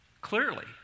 clearly